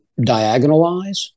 diagonalize